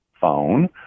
phone